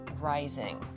rising